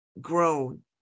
grown